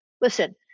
listen